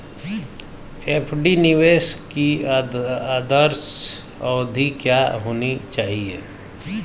FD निवेश की आदर्श अवधि क्या होनी चाहिए?